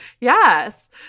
Yes